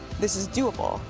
this is doable.